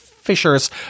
fishers